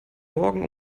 morgen